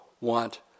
want